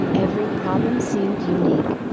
every problem seemed unique.